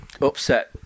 upset